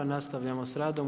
Nastavljamo s radom u